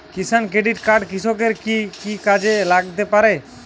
কিষান credit card কৃষকের কি কি কাজে লাগতে পারে?